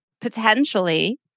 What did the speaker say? potentially